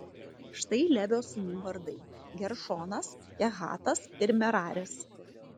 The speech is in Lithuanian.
štai levio sūnų vardai geršonas kehatas ir meraris